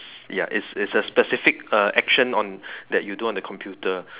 ya it's it's a specific uh action on that you do on a computer